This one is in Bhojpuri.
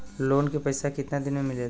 लोन के पैसा कितना दिन मे मिलेला?